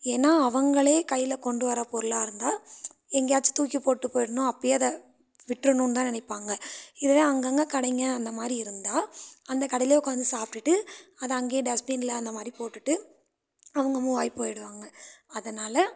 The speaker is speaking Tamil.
ஏன்னா அவங்களே கையில கொண்டு வர்ற பொருளாக இருந்தால் எங்கேயாச்சு தூக்கி போட்டு போயிடணும் அப்பவே அதை விட்டுரும்னும் தான் நினைப்பாங்க இதுவே அங்கங்கே கடைங்கள் அந்தமாதிரி இருந்தால் அந்த கடையிலே உட்காந்து சாப்பிடுட்டு அதை அங்கேயே டஸ்பின்ல அந்தமாதிரி போட்டுவிட்டு அவங்க மூவ் ஆகி போய்டுவாங்கள் அதனால்